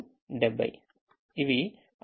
ఇవి 5 డిమాండ్లు